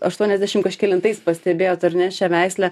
aštuoniasdešimt kažkelintais pastebėjot ar ne šią veislę